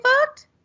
fucked